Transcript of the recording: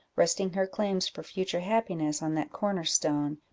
resting her claims for future happiness on that corner-stone,